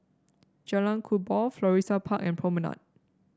Jalan Kubor Florissa Park and Promenade